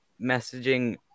messaging